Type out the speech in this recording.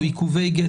או עיכובי גט,